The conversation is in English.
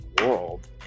world